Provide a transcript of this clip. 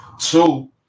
two